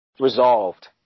resolved